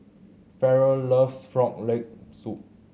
Farrell loves Frog Leg Soup